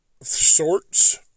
sorts